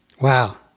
Wow